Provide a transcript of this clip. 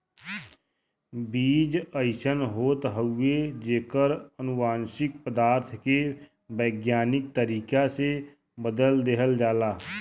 बीज अइसन होत हउवे जेकर अनुवांशिक पदार्थ के वैज्ञानिक तरीका से बदल देहल जाला